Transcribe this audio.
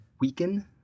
weaken